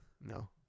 No